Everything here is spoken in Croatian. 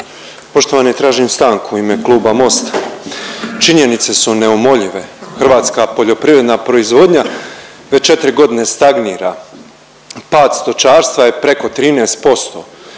Poštovani, tražim stanku u ime Kluba Mosta. Činjenice su neumoljive, hrvatska poljoprivredna proizvodnja već 4.g. stagnira, pad stočarstva je preko 13%,